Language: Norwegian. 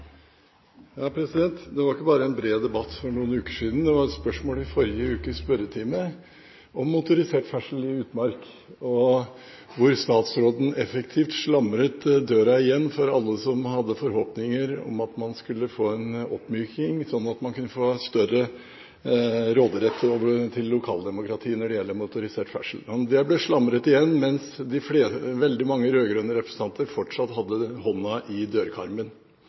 Det var ikke bare en bred debatt for noen uker siden, det var et spørsmål i forrige ukes spørretime om motorisert ferdsel i utmark, hvor statsråden effektivt slamret døra igjen for alle som hadde forhåpninger om at man skulle få en oppmyking, slik at lokaldemokratiet kunne få større råderett når det gjelder motorisert ferdsel. Døra ble slamret igjen mens veldig mange rød-grønne representanter fortsatt hadde hånda i dørkarmen.